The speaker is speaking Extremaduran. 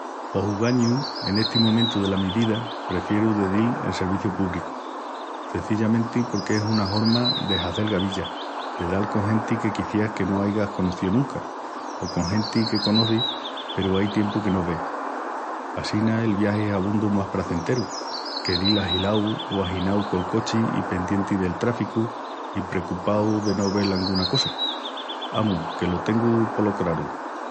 Pos ogañu, en esti momentu dela mi vida prefieru de dil en serviciu púbricu, cenzillzmenti porque es una horma de hazel gavilla, de dal con genti que quiciás que no aigas conocíu nunca o con genti que conocis peru ai tiempu que no ves. Assina el viagi es abondu más prazenteru que dil ahilau i aginau col cochi i pendienti del tráficu i precupau de no vel anguna cosa. Amus, que lo tengu polo craru.